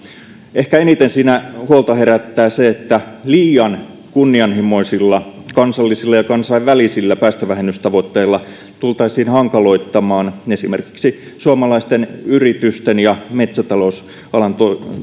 ehkä eniten siinä huolta herättää se että liian kunnianhimoisilla kansallisilla ja kansainvälisillä päästövähennystavoitteilla tultaisiin hankaloittamaan esimerkiksi suomalaisten yritysten ja metsätalousalan